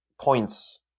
points